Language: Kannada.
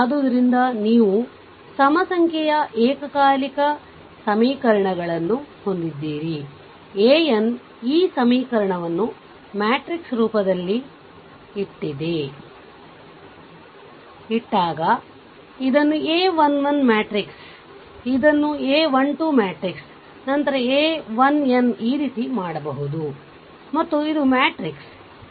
ಆದ್ದರಿಂದ ನೀವು ಸಮ ಸಂಖ್ಯೆಯ ಏಕಕಾಲಿಕ ಸಮೀಕರಣಗಳನ್ನು ಹೊಂದಿದ್ದೀರಿ an ಈ ಸಮೀಕರಣವನ್ನು ಮ್ಯಾಟ್ರಿಕ್ಸ್ ರೂಪದಲ್ಲಿ ಇಟ್ಟಾಗ ಇಟ್ಟರೆ ಇದನ್ನು a 1 1 ಮ್ಯಾಟ್ರಿಕ್ಸ್ ಇದು a 1 2 ಮ್ಯಾಟ್ರಿಕ್ಸ್ ನಂತರ a 1n ಈ ರೀತಿ ಮಾಡಬಹುದು ಮತ್ತು ಇದು ಮ್ಯಾಟ್ರಿಕ್ಸ್ ಇದು x 1 x 2 xn